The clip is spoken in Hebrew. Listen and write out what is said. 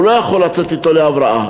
הוא לא יכול לצאת אתו להבראה.